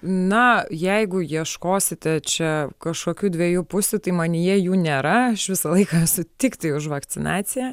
na jeigu ieškosite čia kažkokių dviejų pusių tai manyje jų nėra aš visą laiką esu tiktai už vakcinaciją